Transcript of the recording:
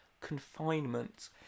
confinement